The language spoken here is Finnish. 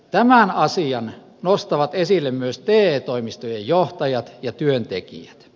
tämän asian nostavat esille myös te toimistojen johtajat ja työntekijät